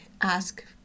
ask